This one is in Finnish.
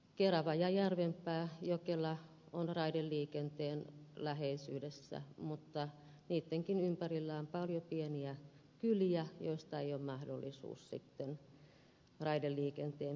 kerava järvenpää ja jokela ovat raideliikenteen läheisyydessä mutta niittenkin ympärillä on paljon pieniä kyliä joista ei ole mahdollisuutta raideliikenteen piiriin päästä